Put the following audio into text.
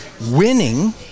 winning